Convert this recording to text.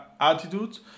attitude